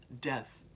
death